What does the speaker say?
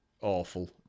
awful